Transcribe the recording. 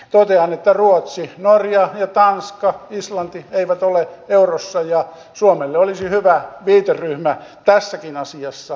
totean että ruotsi norja tanska ja islanti eivät ole eurossa ja suomelle olisi hyvä viiteryhmä tässäkin asiassa siellä